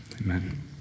Amen